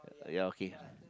ya okay